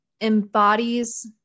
embodies